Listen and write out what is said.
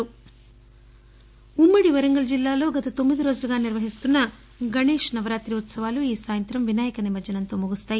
desk Warangal ఉమ్మడి వరంగల్ జిల్లాలలో గత తొమ్మిది రోజులుగా నిర్వహిస్తున్న గణేష్ నవరాతి ఉత్సవాలు ఈ సాయంత్రం వినాయక నిమజ్ఞనంతో ముగియనున్నాయి